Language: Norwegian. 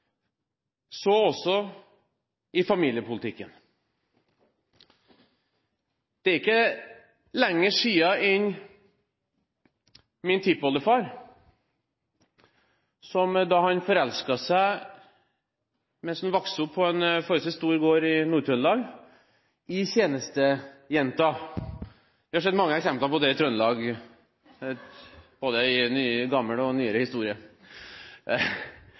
Så også familiepolitikken. Dette er ikke lenger tilbake enn til min tippoldefar, som vokste opp på en forholdsvis stor gård i Nord-Trøndelag: Han forelsket seg i tjenestejenta. Vi har sett mange eksempler på det i Trøndelag, både i eldre og nyere historie.